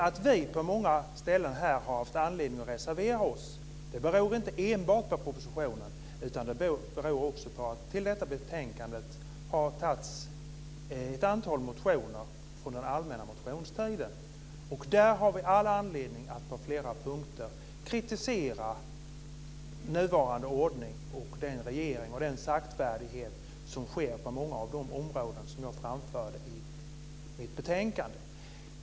Att vi har haft anledning att reservera oss på många ställen beror inte enbart på propositionen, utan det beror också på att det i detta betänkande behandlas ett antal motioner från den allmänna motionstiden. Och där har vi all anledning att på flera punkter kritisera nuvarande ordning. Det gäller den här regeringen och den saktfärdighet som finns på många av de områden som jag framförde i mitt anförande.